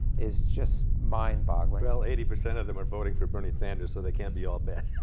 is just mind boggling. well, eighty percent of them are voting for bernie sanders, so they can't be all bad.